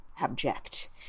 abject